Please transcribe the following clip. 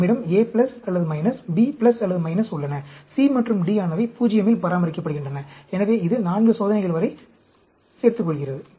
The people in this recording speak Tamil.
நம்மிடம் A அல்லது B அல்லது உள்ளன C மற்றும் D ஆனவை 0 இல் பராமரிக்கப்படுகின்றன எனவே இது 4 சோதனைகள் வரை சேர்த்துக்கொள்கிறது